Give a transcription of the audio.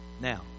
Now